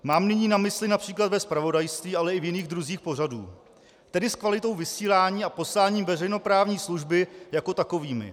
Mám na mysli nyní například ve zpravodajství, ale i v jiných druzích pořadů, tedy s kvalitou vysílání a posláním veřejnoprávní služby jako takovými.